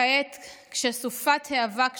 כעת, כשסופת האבק שוככת,